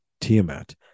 Tiamat